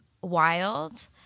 wild